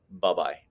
Bye-bye